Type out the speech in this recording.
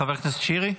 חבר הכנסת שירי?